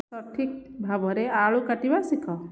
ସଠିକ୍ ଭାବରେ ଆଳୁ କାଟିବା ଶିଖ